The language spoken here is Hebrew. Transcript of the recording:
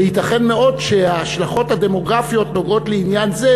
וייתכן מאוד שההשלכות הדמוגרפיות נוגעות לעניין זה,